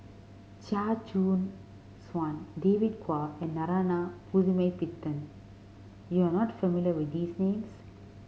Chia Choo Suan David Kwo and Narana Putumaippittan you are not familiar with these names